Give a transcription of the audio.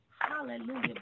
hallelujah